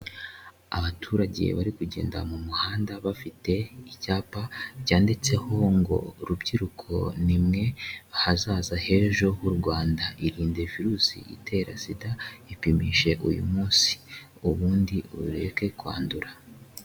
Abaturage bari kugenda mu muhanda bafite icyapa byanditseho ngo rubyiruko ni mwe hazaza h'ejo h'u Rwanda, irinde virusi itera sida ipimishije uyu munsi, ubundi ureke kwandura.